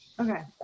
Okay